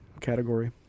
category